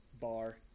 bar